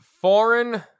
foreign